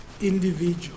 individual